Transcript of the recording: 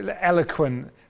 eloquent